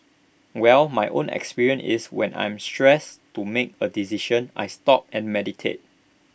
well my own experience is when I'm stressed to make A decision I stop and meditate